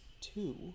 two